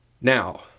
Now